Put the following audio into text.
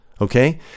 Okay